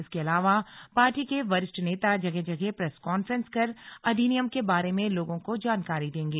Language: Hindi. इसके अलावा पार्टी के वरिष्ठ नेता जगह जगह प्रेस कॉन्फ्रेंस कर अधिनियम के बारे में लोगों को जानकारी देंगे